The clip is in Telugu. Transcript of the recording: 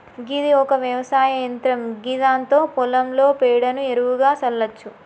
గిది ఒక వ్యవసాయ యంత్రం గిదాంతో పొలంలో పేడను ఎరువుగా సల్లచ్చు